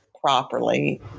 properly